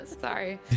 Sorry